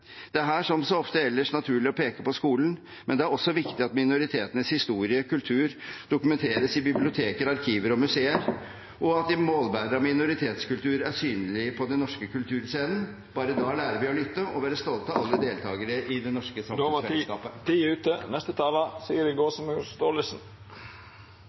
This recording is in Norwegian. Det er her, som så ofte ellers, naturlig å peke på skolen, men det er også viktig at minoritetenes historie og kultur dokumenteres i biblioteker, arkiver og museer, og at målbærere av minoritetskultur er synlige på den norske kulturscenen. Bare da lærer vi å lytte og være stolte av alle deltakere i det norske